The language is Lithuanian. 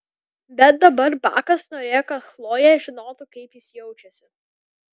bet dabar bakas norėjo kad chlojė žinotų kaip jis jaučiasi